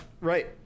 Right